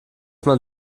man